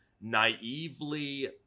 naively